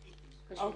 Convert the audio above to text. אוקיי.